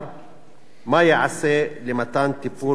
3. מה ייעשה למתן טיפול רפואי מתאים?